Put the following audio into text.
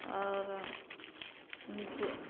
आओर जे